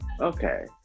okay